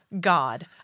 God